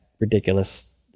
ridiculous